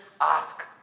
ask